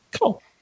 Cool